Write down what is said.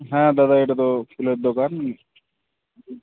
হ্যাঁ দাদা এটা তো ফুলের দোকান